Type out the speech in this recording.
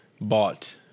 bought